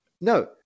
no